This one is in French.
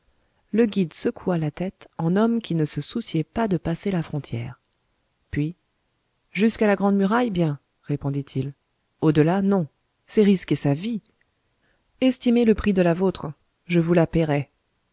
le guide secoua la tête en homme qui ne se souciait pas de passer la frontière puis jusqu'à la grande muraille bien répondit-il au-delà non c'est risquer sa vie estimez le prix de la vôtre je vous la paierai